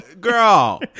girl